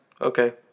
okay